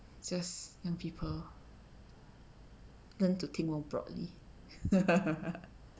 just young people learn to think more broadly